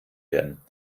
werden